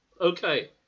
Okay